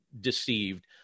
deceived